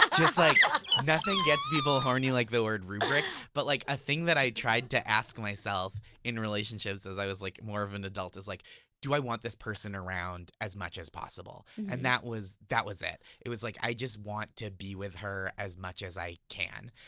just like nothing gets people horny like the word rubric but like a thing that i tried to ask myself in relationships as i was like more of an and adult is, like do i want this person around as much as possible? and that was that was it. it was like i just want to be with her as much as i can.